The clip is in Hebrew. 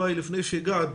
אולי לפני שהגעתְ,